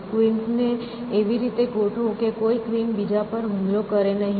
queen's ને એવી રીતે ગોઠવો કે કોઈ ક્વિન બીજા પર હુમલો કરે નહીં